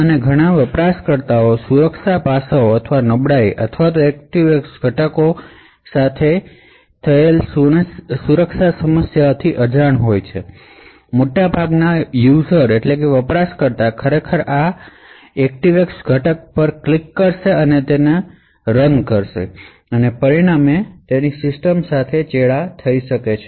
અને ઘણા યુઝર સુરક્ષા પાસાઓ અથવા નબળાઈઓ અથવા ActiveX ઘટકો સાથે જોડાયેલ સુરક્ષા સમસ્યાઓથી અજાણ હોવાથી મોટાભાગના યુઝર આ રન ActiveX ઘટક પર ક્લિક કરશે અને આના પરિણામે તેમની સિસ્ટમ સાથે ચેડા થઈ શકે છે